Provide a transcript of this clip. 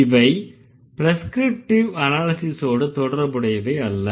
இவை ப்ரெஸ்க்ரிப்டிவ் அனாலிஸிஸோடு தொடர்புடையவை அல்ல